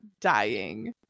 dying